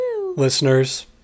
Listeners